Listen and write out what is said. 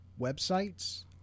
websites